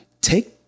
take